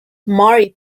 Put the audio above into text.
mari